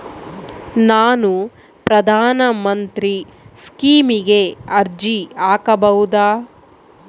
ನಾನು ಪ್ರಧಾನ ಮಂತ್ರಿ ಸ್ಕೇಮಿಗೆ ಅರ್ಜಿ ಹಾಕಬಹುದಾ?